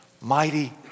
Mighty